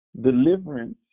Deliverance